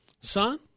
son